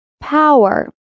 Power